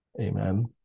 Amen